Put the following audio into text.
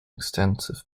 extensive